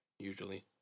usually